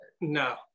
no